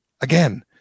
again